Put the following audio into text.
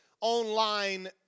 online